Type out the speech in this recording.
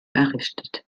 errichtet